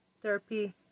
therapy